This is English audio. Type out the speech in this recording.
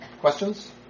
Questions